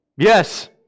Yes